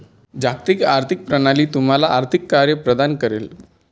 जागतिक आर्थिक प्रणाली तुम्हाला आर्थिक कार्ये प्रदान करेल